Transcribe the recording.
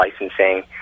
licensing